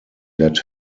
let